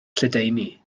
lledaenu